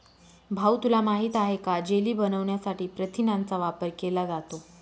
भाऊ तुला माहित आहे का जेली बनवण्यासाठी प्रथिनांचा वापर केला जातो